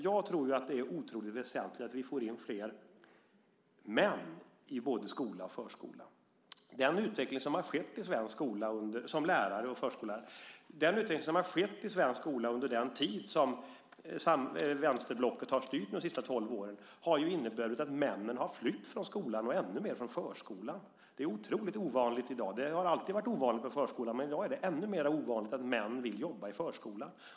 Jag tror att det är otroligt väsentligt att vi får in fler män i både skola och förskola som lärare och förskollärare. Den utveckling som har skett i svensk skola under den tid då vänsterblocket har styrt de senaste tolv åren har ju inneburit att männen har flytt från skolan och ännu mer från förskolan. Det är otroligt ovanligt med män i förskolan. Det har alltid varit ovanligt, men i dag är det ännu mera ovanligt att män vill jobba i förskolan.